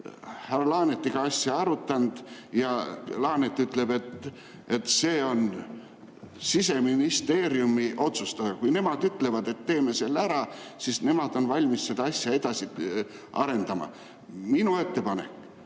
härra Laanetiga asja arutanud, ja Laanet ütleb, et see on Siseministeeriumi otsustada: kui seal öeldakse, et teeme selle ära, siis nemad on valmis seda asja edasi arendama. Minu ettepanek